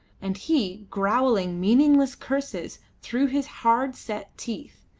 and he growling meaningless curses through his hard set teeth.